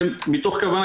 מתוך כוונה,